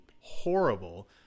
horrible